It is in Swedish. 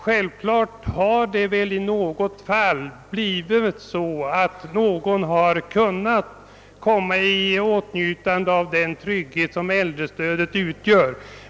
Givetvis har det väl i något fall blivit så, att någon kunnat komma i åtnjutande av den trygghet som äldrestödet utgör.